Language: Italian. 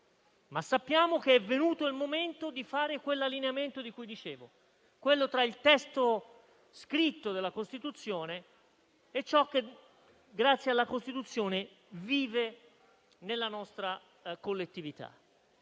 ma sappiamo che è venuto il momento di fare quell'allineamento di cui dicevo: quello tra il testo scritto della Costituzione e ciò che, grazie alla Costituzione, vive nella nostra collettività.